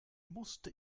musste